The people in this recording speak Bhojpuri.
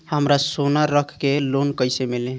हमरा सोना रख के लोन कईसे मिली?